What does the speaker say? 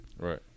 right